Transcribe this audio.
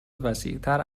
وسیعتر